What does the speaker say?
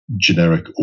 generic